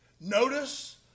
Notice